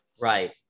Right